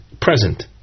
present